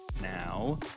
now